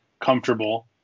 comfortable